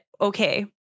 okay